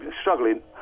struggling